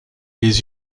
les